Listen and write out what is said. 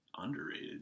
Underrated